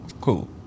Cool